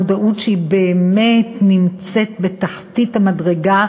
מודעות שבאמת נמצאת בתחתית המדרגה,